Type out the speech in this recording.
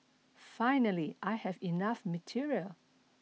finally I have enough material